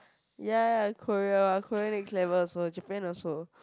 ya ya Korea ah Korea they clever Japan also